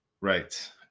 Right